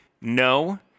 No